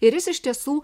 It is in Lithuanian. ir jis iš tiesų